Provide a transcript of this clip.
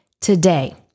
today